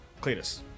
Cletus